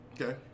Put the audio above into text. Okay